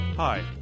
Hi